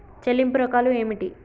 చెల్లింపు రకాలు ఏమిటి?